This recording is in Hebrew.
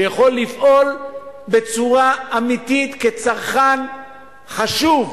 שיכול לפעול בצורה אמיתית כצרכן חשוב,